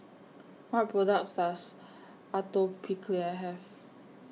What products Does Atopiclair Have